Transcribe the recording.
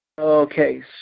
Okay